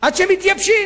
עד שהן מתייבשות.